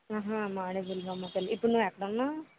మడుగుల్లమ్మపల్లి ఇప్పుడు నువ్వు ఎక్కడున్నావు